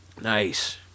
Nice